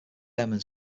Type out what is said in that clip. airmen